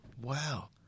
Wow